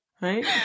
Right